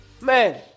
Man